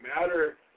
matter